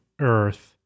earth